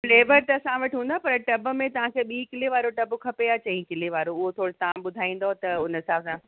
flavour त असां वटि हूंदा पर टब में तव्हांखे ॿीं किले वारो टब खपे या चईं किले वारो उहो थोरो तव्हां ॿुधाईंदव त हुन हिसाब सां